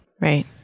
Right